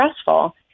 stressful